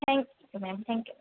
thanks ma'am thank you